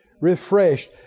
refreshed